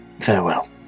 Farewell